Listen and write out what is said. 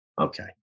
okay